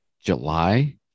july